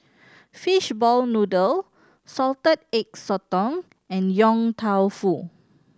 fishball noodle Salted Egg Sotong and Yong Tau Foo